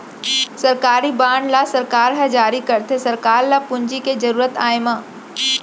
सरकारी बांड ल सरकार ह जारी करथे सरकार ल पूंजी के जरुरत आय म